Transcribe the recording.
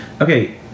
Okay